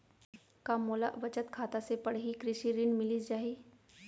का मोला बचत खाता से पड़ही कृषि ऋण मिलिस जाही?